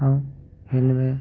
ऐं हिनमें